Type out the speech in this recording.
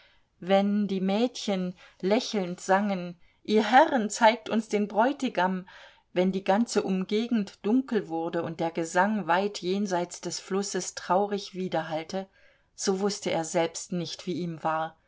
wenn die mädchen lächelnd sangen ihr herren zeigt uns den bräutigam wenn die ganze umgegend dunkel wurde und der gesang weit jenseits des flusses traurig widerhallte so wußte er selbst nicht wie ihm war